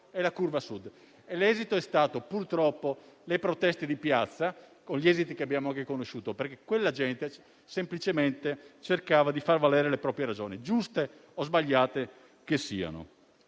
e la curva sud. La conseguenza sono state purtroppo le proteste di piazza, con gli esiti che abbiamo anche conosciuto, perché quella gente cercava semplicemente di far valere le proprie ragioni, giuste o sbagliate che siano.